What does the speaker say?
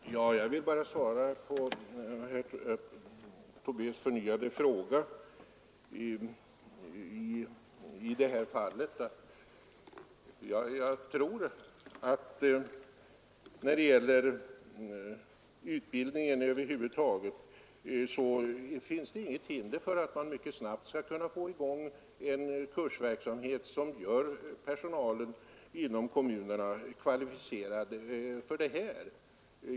Herr talman! Jag vill bara svara på herr Tobés förnyade fråga. När det gäller utbildningen bör det enligt min mening inte finnas några hinder för att man mycket snabbt skall kunna få fram en kursverksamhet som gör personalen inom kommunerna kvalificerad för de nya uppgifterna inom räddningstjänsten.